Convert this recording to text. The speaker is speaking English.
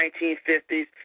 1950s